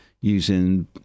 using